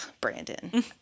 Brandon